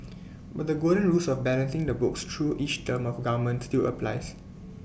but the golden rules of balancing the books through each term of government still applies